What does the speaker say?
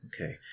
Okay